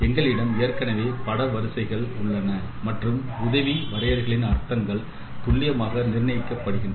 எங்களிடம் ஏற்கனவே பட வரிசைகள் உள்ளன மற்றும் உதவி வரையறைகளின் அர்த்தங்கள் துல்லியமாக நிர்ணயிக்கப்படுகின்றன